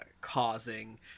causing